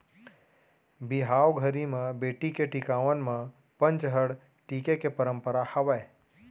बिहाव घरी म बेटी के टिकावन म पंचहड़ टीके के परंपरा हावय